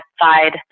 side